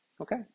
Okay